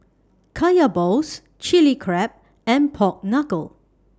Kaya Balls Chilli Crab and Pork Knuckle